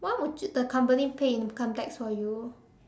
what would you the company pay income tax for you